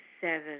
seven